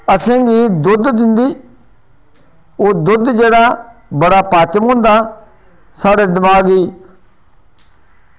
असेंगी दुद्ध दिंदी ओह् दुद्ध जेह्ड़ा बड़ा पाचन होंदा साढ़े दमाग गी